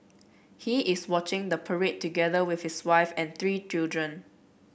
he is watching the parade together with his wife and three children